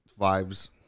vibes